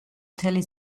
მთელი